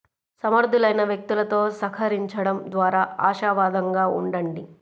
సమర్థులైన వ్యక్తులతో సహకరించండం ద్వారా ఆశావాదంగా ఉండండి